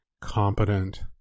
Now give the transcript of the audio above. competent